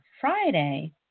Friday